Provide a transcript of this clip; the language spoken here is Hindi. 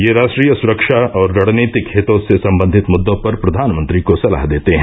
ये राष्ट्रीय सुरक्षा और रणनीतिक हितों से संबंधित मुद्दों पर प्रधानमंत्री को सलाह देते हैं